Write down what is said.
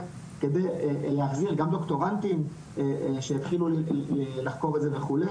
כדי להחזיר גם דוקטורנטים שהתחילו לחקור את זה וכו',